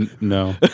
No